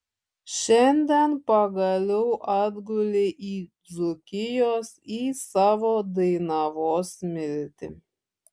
šiandien pagaliau atgulei į dzūkijos į savo dainavos smiltį